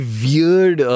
weird